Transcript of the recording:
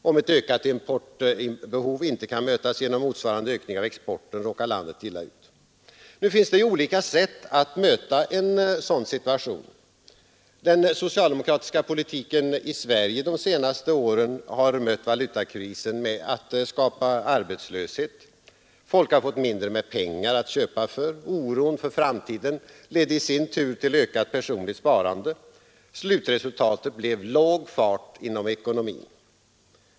Om ett ökat importbehov inte kan mötas genom motsvarande höjning av exporten råkar landet illa ut. Det finns olika sätt att möta en sådan situation. Den socialdemokratiska politiken i Sverige de senaste åren har mött valutakrisen med att skapa arbetslöshet. Folk har fått mindre med pengar att köpa för. Oron för framtiden ledde i sin tur till ökat personligt sparande. Slutresultatet blev låg fart inom ekonomin.